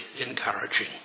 encouraging